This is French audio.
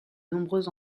nombreux